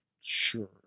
sure